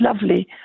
lovely